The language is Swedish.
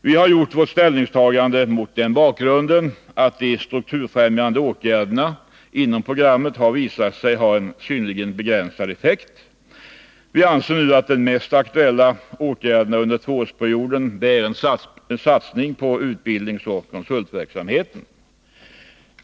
Vi har gjort vårt ställningstagande mot den bakgrunden att de strukturfrämjande åtgärderna inom programmet har visat sig ha en synnerligen begränsad effekt. Vi anser att den mest aktuella åtgärden under tvåårsperioden är en satsning på utbildningsoch konsultverksamheten.